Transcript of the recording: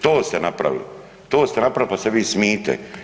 To ste napravili, to ste napravili, pa se vi smijite.